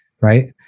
right